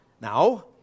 Now